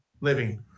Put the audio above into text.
Living